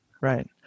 right